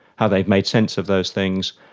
how they've made sense of those things,